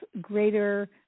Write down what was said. greater